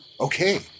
okay